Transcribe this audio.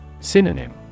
Synonym